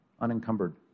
unencumbered